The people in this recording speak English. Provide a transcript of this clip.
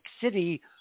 city